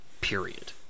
period